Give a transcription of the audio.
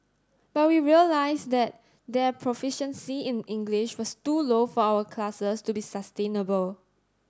but we realised that that their proficiency in English was too low for our classes to be sustainable